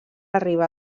arribar